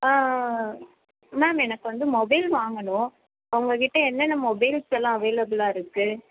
ஆ ஆ ஆ ஆ மேம் எனக்கு வந்து மொபைல் வாங்கணும் உங்கக்கிட்டே என்னென்ன மொபைல்ஸ் எல்லாம் அவைலபிளாக இருக்குது